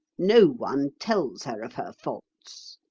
no one tells her of her faults.